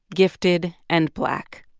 gifted and black.